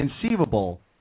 conceivable